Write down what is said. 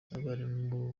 abarimu